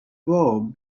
well